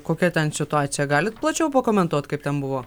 kokia ten situacija galit plačiau pakomentuot kaip ten buvo